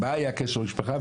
מה היה הקשר למשפחה?